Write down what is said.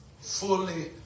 fully